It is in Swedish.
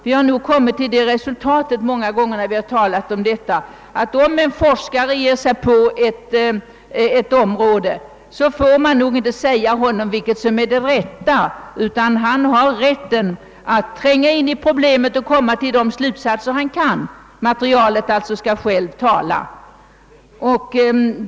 Vi har, vid de många tillfällen vi diskuterat denna fråga, kommit fram till att om en forskare ger sig in på ett område, så får man inte föreskriva för denne forskare vad som är det rätta, utan han skall ha frihet att tränga in i problemen och dra sina egna slutsatser. Materialet skall alltså självt tala.